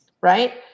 right